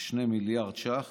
כ-2 מיליארד ש"ח